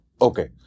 Okay